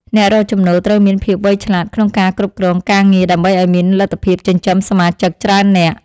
អ្នករកចំណូលត្រូវមានភាពវៃឆ្លាតក្នុងការគ្រប់គ្រងការងារដើម្បីឱ្យមានលទ្ធភាពចិញ្ចឹមសមាជិកច្រើននាក់។